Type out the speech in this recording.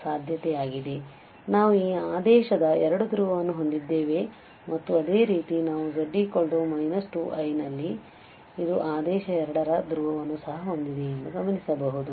ಆದ್ದರಿಂದ ನಾವು ಈ ಆದೇಶದ 2 ಧ್ರುವವನ್ನು ಹೊಂದಿದ್ದೇವೆ ಮತ್ತು ಅದೇ ರೀತಿ ನಾವು z 2i ನಲ್ಲಿ ಇದು ಆದೇಶ 2 ರ ಧ್ರುವವನ್ನು ಸಹ ಹೊಂದಿದೆ ಎಂದು ಗಮನಿಸಬಹುದು